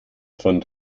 von